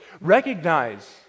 Recognize